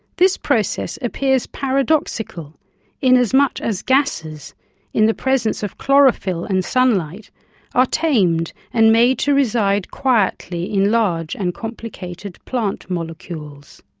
this process appears paradoxical in as much as gases in the presence of chlorophyll and sunlight are tamed and made to reside quietly in large and complicated plant molecules.